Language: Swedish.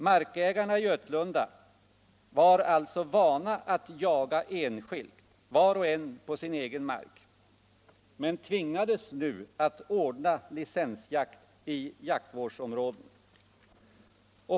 Markägarna i Götlunda var alltså vana att jaga enskilt var och en på sin egen mark men tvingades nu att ordna licensjakt i jaktvårdsområden.